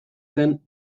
zen